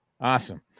Awesome